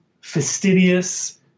fastidious